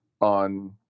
on